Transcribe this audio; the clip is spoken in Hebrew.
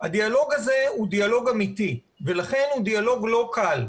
והדיאלוג הזה הוא דיאלוג אמיתי ולכן הוא דיאלוג לא קל.